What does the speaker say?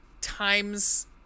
times